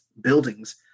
buildings